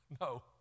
no